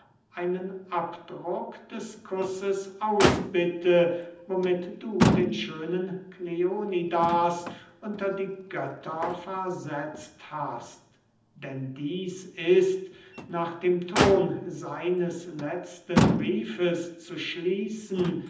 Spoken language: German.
einen abdruck des kusses ausbitte womit du den schönen kleonidas unter die götter versetzt hast denn dieß ist nach dem ton seines letzten briefes zu schließen